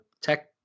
tech